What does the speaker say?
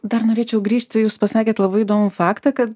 dar norėčiau grįžti jūs pasakėt labai įdomų faktą kad